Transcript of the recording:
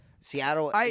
Seattle